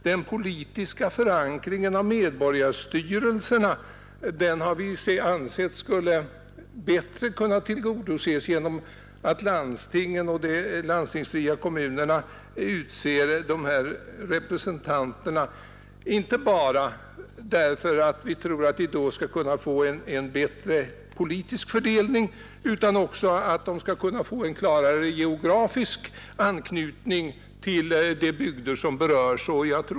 Den politiska förankringen av medborgarstyrelserna har vi ansett bättre skulle kunna tillgodoses genom att landstingen och de landstingsfria kommunerna utser representanter, detta inte bara därför att vi tror att det skulle innebära en bättre politisk fördelning, utan också därför att det skulle medföra en klarare geografisk anknytning till de bygder som berörs.